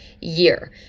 year